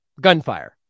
gunfire